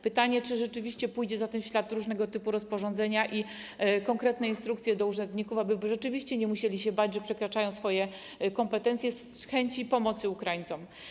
Pytanie, czy rzeczywiście pójdą za tym w ślad różnego typu rozporządzenia i konkretne instrukcje dla urzędników, aby rzeczywiście nie musieli się bać, że przekraczają swoje kompetencje z chęci pomocy Ukraińcom.